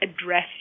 address